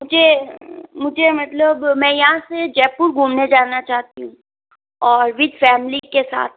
मुझे मुझे मतलब मैं यहाँ से जयपुर घूमने जाना चाहती हूँ और विथ फ़ैमिली के साथ